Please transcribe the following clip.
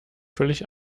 völlig